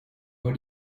why